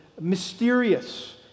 mysterious